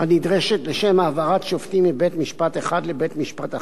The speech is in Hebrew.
הנדרשת לשם העברת שופטים מבית-משפט אחד לבית-משפט אחר.